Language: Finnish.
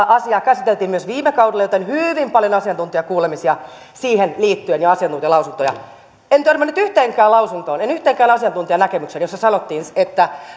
asiaa käsiteltiin myös viime kaudella joten hyvin paljon asiantuntijakuulemisia siihen liittyi ja asiantuntijalausuntoja en törmännyt yhteenkään lausuntoon en yhteenkään asiantuntijanäkemykseen jossa sanottiin että